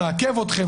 נעכב אתכם.